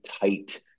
tight